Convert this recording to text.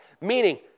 meaning